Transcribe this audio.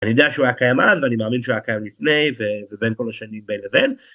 אני יודע שהוא היה קיים אז ואני מאמין שהוא היה קיים לפני ובין כל השנים בין לבין.